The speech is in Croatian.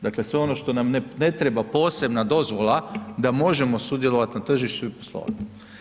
Dakle, sve ono što nam ne treba posebna dozvola da možemo sudjelovat na tržištu i poslovat.